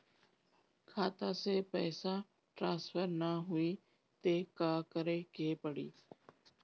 खाता से पैसा ट्रासर्फर न होई त का करे के पड़ी?